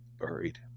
buried